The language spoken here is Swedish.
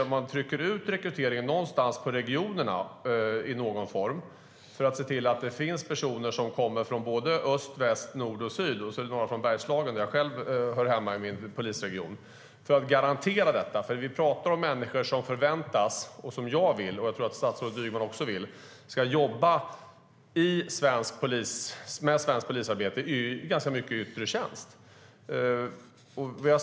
Om rekryteringen trycks ut på regionerna för att se till att det finns personer från både öst, väst, nord och syd, och några från min polisregion Bergslagen där jag själv hör hemma, kan vi garantera rekryteringen. Vi pratar om människor som förväntas - som jag och statsrådet Ygeman vill - jobba med svenskt polisarbete i yttre tjänst.